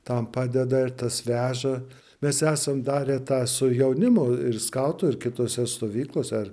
tam padeda ir tas veža mes esam darę tą su jaunimo ir skautų ir kitose stovyklose ar